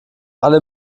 alle